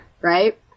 right